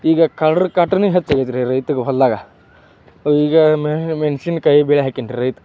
ಈಗ ಕಳ್ರ ಕಾಟವೇ ಹೆಚ್ಚಾಗಿದೆ ರಿ ರೈತಗೆ ಹೊಲದಾಗ ಈಗ ಮೆಣ್ಸಿನಕಾಯಿ ಬೆಳೆ ಹಾಕಿದ್ ರೈತ